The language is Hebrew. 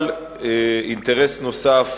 אבל אינטרס נוסף